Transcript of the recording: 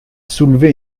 soulevé